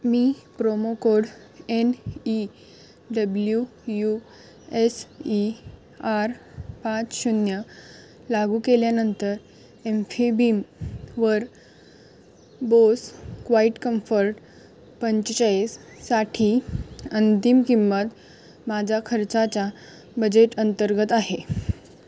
मी promo code N E W U S E R पाच शून्य लागू केल्यानंतर एमफीबीमवर बोस क्वाईट कम्फर्ट पंचेचाळीससाठी अंतिम किंमत माझा खर्चाच्या बजेट अंतर्गत आहे